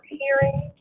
hearing